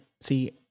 see